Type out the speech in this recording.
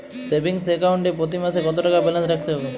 Savings account এ প্রতি মাসে কতো টাকা ব্যালান্স রাখতে হবে?